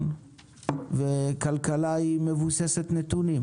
וכלכלה היא מבוססת נתונים.